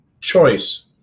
choice